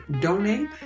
donate